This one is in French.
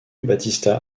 battista